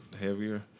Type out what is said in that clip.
heavier